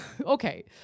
Okay